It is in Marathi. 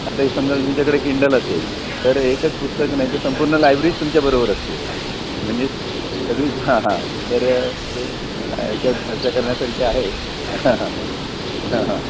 आता एक समजा तुमच्याकडे किंडल असेल तर एकच पुस्तक नाही तर संपूर्ण लायब्ररी तुमच्याबरोबर असते म्हणजे सगळी हां हां तर हे ह्याच्यात चर्चा करण्यासारखी आहे हां हां हां हां